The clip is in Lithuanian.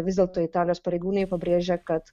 vis dėlto italijos pareigūnai pabrėžia kad